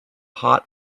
hot